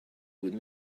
would